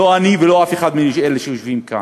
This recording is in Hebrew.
לא אני ולא אף אחד מאלה שיושבים כאן.